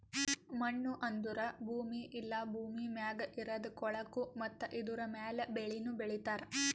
ಮಣ್ಣು ಅಂದುರ್ ಭೂಮಿ ಇಲ್ಲಾ ಭೂಮಿ ಮ್ಯಾಗ್ ಇರದ್ ಕೊಳಕು ಮತ್ತ ಇದುರ ಮ್ಯಾಲ್ ಬೆಳಿನು ಬೆಳಿತಾರ್